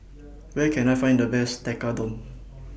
Where Can I Find The Best Tekkadon